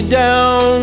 down